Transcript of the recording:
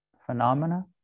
phenomena